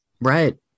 Right